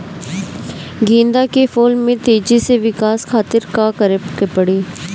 गेंदा के फूल में तेजी से विकास खातिर का करे के पड़ी?